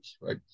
right